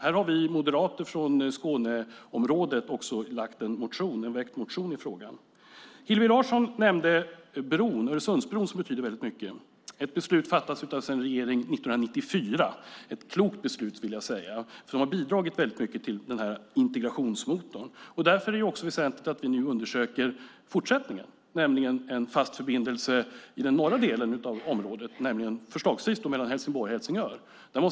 Här har vi moderater från Skåneområdet väckt en motion i frågan. Hillevi Larsson nämnde Öresundsbron, som betyder mycket. Det var ett beslut som fattades av regeringen 1994. Det var ett klokt beslut, och det har bidragit mycket till integrationsmotorn. Därför är det också väsentligt att vi nu undersöker fortsättningen, nämligen en fast förbindelse i den norra delen av området, förslagsvis mellan Helsingborg och Helsingör.